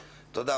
תודה.